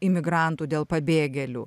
imigrantų dėl pabėgėlių